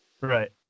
right